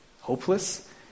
hopeless